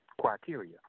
criteria